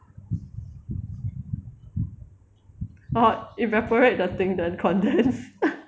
or evaporate the thing then condense